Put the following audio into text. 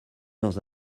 dans